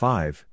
Five